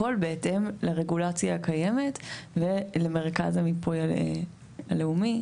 הכל בהתאם לרגולציה הקיימת ולמרכז המיפוי הלאומי.